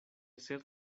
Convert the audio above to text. ser